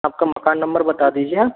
आपका मकान नंबर बता दीजिए